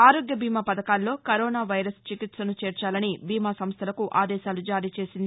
ఆరోగ్య బీమా పథకాల్లో కరోనా వైరస్ చికిత్సను చేర్చాలని బీమా సంస్థలకు ఆదేశాలు జారీ చేసింది